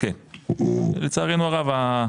רק התכנון מס כן, לצערנו הרב.